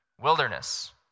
wilderness